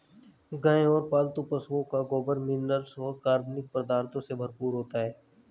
गाय और पालतू पशुओं का गोबर मिनरल्स और कार्बनिक पदार्थों से भरपूर होता है